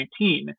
2019